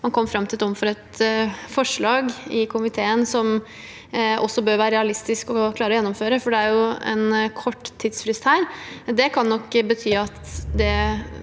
man kom fram til et omforent forslag i komiteen som også bør være realistisk å klare å gjennomføre, for det er jo en kort tidsfrist her. Det kan nok bety at man